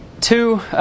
two